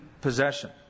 possession